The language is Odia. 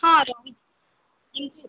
ହଁ